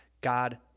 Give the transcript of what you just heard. God